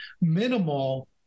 minimal